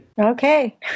okay